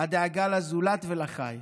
הדאגה לזולת ולחי.